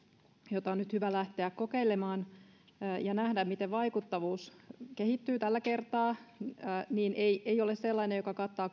jota on nyt hyvä lähteä kokeilemaan ja nähdä miten vaikuttavuus kehittyy tällä kertaa ei ei ole sellainen joka kattaa